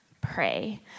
pray